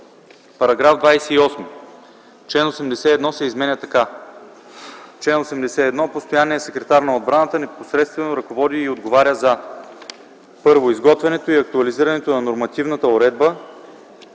§ 28. Член 81 се изменя така: „Чл. 81. (1) Постоянният секретар на отбраната непосредствено ръководи и отговаря за: 1. изготвянето и актуализирането на нормативната уредба,